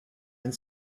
and